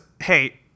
Hey